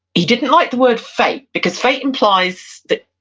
he didn't like the word fate, because fate implies that,